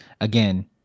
Again